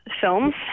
films